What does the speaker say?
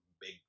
big